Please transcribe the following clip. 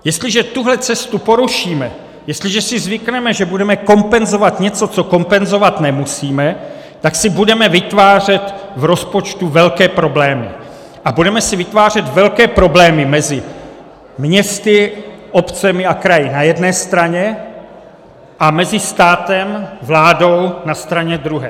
Jestliže tuhle cestu porušíme, jestliže si zvykneme, že budeme kompenzovat něco, co kompenzovat nemusíme, tak si budeme vytvářet v rozpočtu velké problémy a budeme si vytvářet velké problémy mezi městy, obcemi a kraji na straně jedné a státem a vládou na straně druhé.